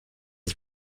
his